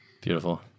Beautiful